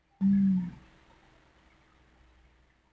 um